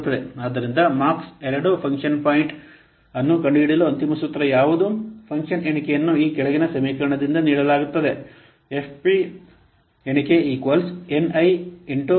ಆದ್ದರಿಂದ mark II function point ಅನ್ನು ಕಂಡುಹಿಡಿಯಲು ಅಂತಿಮ ಸೂತ್ರ ಯಾವುದು ಫಂಕ್ಷನ್ ಎಣಿಕೆಯನ್ನು ಈ ಕೆಳಗಿನ ಸಮೀಕರಣದಿಂದ ನೀಡಲಾಗುತ್ತದೆ ಎಫ್ಪಿ ಎಣಿಕೆ ಎನ್ಐ 0